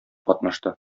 катнашты